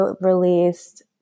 released